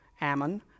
Ammon